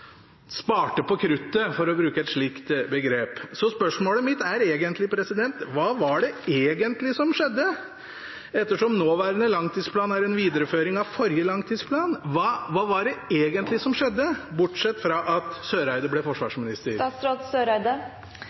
sparte på kruttet – for å bruke et slikt begrep. Spørsmålet mitt er egentlig: Hva var det egentlig som skjedde? Ettersom nåværende langtidsplan er en videreføring av forrige langtidsplan – hva var det egentlig som skjedde, bortsett fra at Eriksen Søreide ble forsvarsminister?